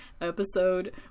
episode